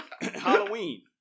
Halloween